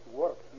work